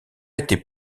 était